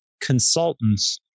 consultants